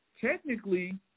Technically